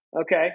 Okay